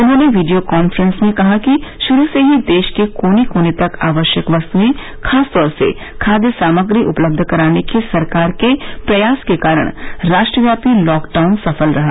उन्होंने video conference में कहा कि शुरू से ही देश के कोने कोने तक आवश्यक वस्तुएं खासतौर से खाद्य सामग्री उपलब्ध कराने के सरकार के प्रयास के कारण राष्ट्रव्यापी लॉकडाउन सफल रहा